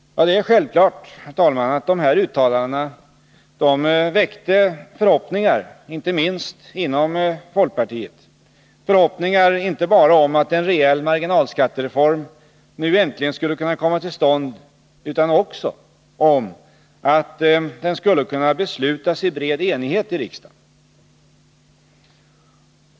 Det är självklart, herr talman, att de här uttalandena väckte förhoppningar, inte minst inom folkpartiet, förhoppningar inte bara om att en rejäl marginalskattereform nu äntligen skulle kunna komma till stånd utan också om att den skulle kunna beslutas i bred enighet i riksdagen.